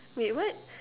wait what